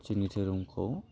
जोंनि धोरोमखौ